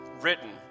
written